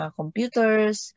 computers